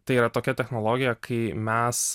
tai yra tokia technologija kai mes